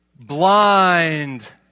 Blind